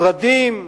פרדים,